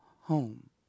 home